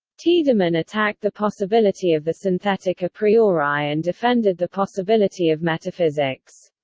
tiedemann attacked the possibility of the synthetic a priori and defended the possibility of metaphysics.